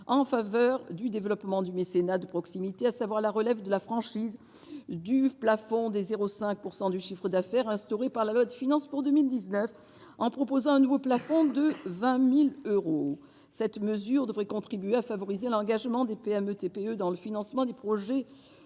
en faveur du développement du mécénat de proximité, à savoir la relève de la franchise du plafond de 0,5 % du chiffre d'affaires instaurée par la loi de finances pour 2019, avec un nouveau plafond de 20 000 euros. Cette mesure devrait contribuer à favoriser l'engagement des PME et TPE dans le financement de projets